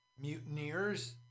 mutineers